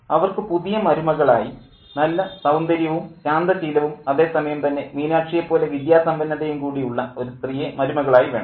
അതായത് അവർക്ക് പുതിയ മരുമകളായി നല്ല സൌന്ദര്യവും ശാന്തശീലവും അതേ സമയം തന്നെ മീനാക്ഷിയേപ്പോലെ വിദ്യാസമ്പന്നതയും കൂടി ഉള്ള ഒരു സ്ത്രീയെ മരുമകളായി വേണം